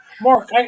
Mark